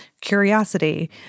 curiosity